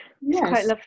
yes